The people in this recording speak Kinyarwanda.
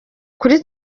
kuri